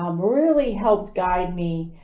um really helped guide me,